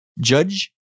judge